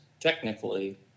technically